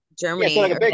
germany